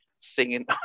singing